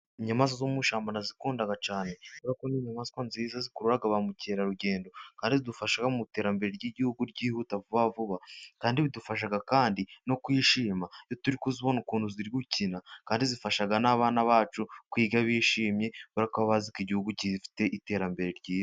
Inyamaswa zo mu ishyamba, ndazikunda cyane. Kubera ko ni inyamaswa nziza zikurura ba mukerarugendo, kandi zidufasha mu iterambere ry'Igihugu ryihuta vuba vuba. kandi bidufasha kandi no kwishima iyo turi kuzibona ukuntu ziri gukina. Kandi zifashaga n'abana bacu kwiga bishimye baraba bazi ko Igihugu gifite iterambere ryiza.